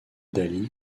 dalí